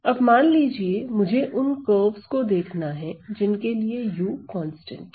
अब मान लीजिए मुझे उन कर्वेस को देखना है जिनके लिए u कांस्टेंट है